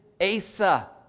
Asa